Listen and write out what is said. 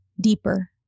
Deeper